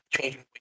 changing